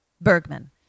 Bergman